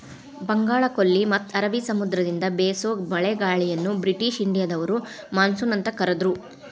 ಬಂಗಾಳಕೊಲ್ಲಿ ಮತ್ತ ಅರಬಿ ಸಮುದ್ರದಿಂದ ಬೇಸೋ ಮಳೆಗಾಳಿಯನ್ನ ಬ್ರಿಟಿಷ್ ಇಂಡಿಯಾದವರು ಮಾನ್ಸೂನ್ ಅಂತ ಕರದ್ರು